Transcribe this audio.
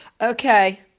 Okay